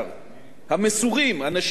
אנשים שמסורים מאין כמותם